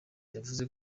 yavuze